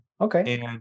Okay